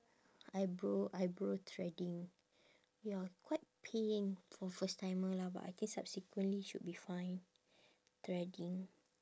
eyebrow eyebrow threading ya quite pain for first timer lah but I think subsequently should be fine threading